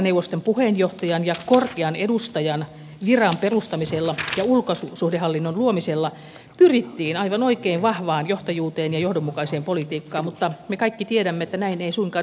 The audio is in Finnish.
eurooppaneuvoston puheenjohtajan ja korkean edustajan viran perustamisella ja ulkosuhdehallinnon luomisella pyrittiin aivan oikein vahvaan johtajuuteen ja johdonmukaiseen politiikkaan mutta me kaikki tiedämme että näin ei suinkaan ole käynyt